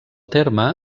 terme